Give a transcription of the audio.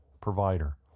provider